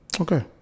Okay